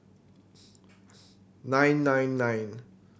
nine nine nine